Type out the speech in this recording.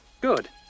Good